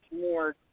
More